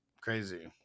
Crazy